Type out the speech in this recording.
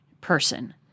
person